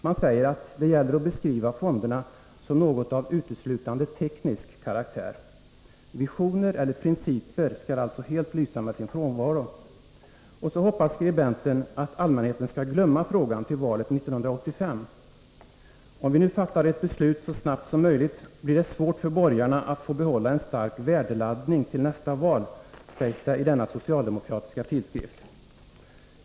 Man säger att det gäller att beskriva fonderna som något av uteslutande teknisk karaktär. Visioner eller principer skall alltså helt lysa med sin frånvaro. Och så hoppas skribenten att allmänheten skall glömma frågan till valet 1985. Om vi nu fattar ett beslut så snabbt som möjligt, blir det svårt för borgarna att få behålla en stark värdeladdning till nästa val, sägs det i denna socialdemokratiska tidskrift.